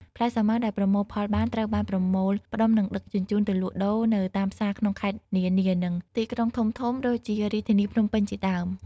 ផ្លែសាវម៉ាវដែលប្រមូលផលបាន ត្រូវបានប្រមូលផ្ដុំនិងដឹកជញ្ជូនទៅលក់ដូរនៅតាមផ្សារក្នុងខេត្តនានា និងទីក្រុងធំៗ ដូចជារាជធានីភ្នំពេញជាដើម។